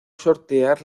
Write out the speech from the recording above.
sortear